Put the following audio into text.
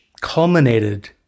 culminated